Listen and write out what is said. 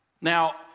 Now